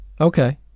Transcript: Okay